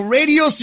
Radio